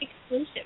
exclusive